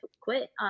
quit